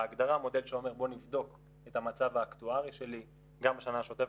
בהגדרה מודל שאומר בוא נבדוק את המצב האקטוארי שלי גם בשנה השוטפת,